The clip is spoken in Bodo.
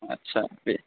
आदसा दे